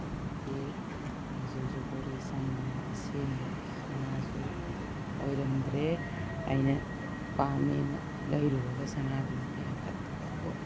ꯐꯠꯇꯦ ꯃꯆꯨꯁꯨ ꯀꯣꯔꯤ ꯆꯪꯗꯅ ꯑꯁꯦꯡꯕ ꯁꯅꯥꯁꯨ ꯑꯣꯏꯔꯝꯗ꯭ꯔꯦ ꯑꯩꯅ ꯄꯥꯝꯃꯦꯅ ꯂꯩꯔꯨꯔꯒ ꯁꯅꯥꯗꯨ ꯌꯥꯝ ꯐꯠꯇꯕ ꯄꯣꯠ